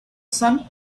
sun